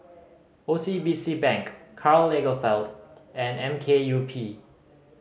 O C B C Bank Karl Lagerfeld and M K U P